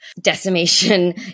decimation